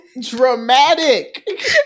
dramatic